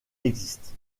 existent